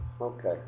okay